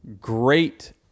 great